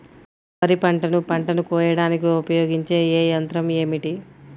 వరిపంటను పంటను కోయడానికి ఉపయోగించే ఏ యంత్రం ఏమిటి?